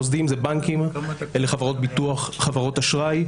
מוסדיים זה בנקים, חברות ביטוח, חברות אשראי.